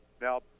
Now